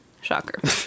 Shocker